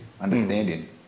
understanding